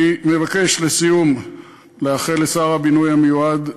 לסיום אני מבקש לאחל לשר הבינוי המיועד,